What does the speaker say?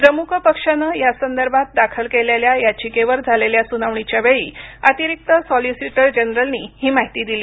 द्रमुक पक्षानं यासंदर्भात दाखल केलेल्या याचिकेवर झालेल्या सुनावणीच्या वेळी अतिरिक्त सॉलिसिटर जनरलनी ही माहिती दिली